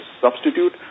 substitute